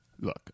look